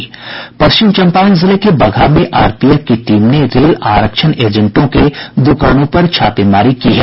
पश्चिम चंपारण जिले के बगहा में आरपीएफ की टीम ने रेल आरक्षण एजेंटों के दुकानों पर छापेमारी की है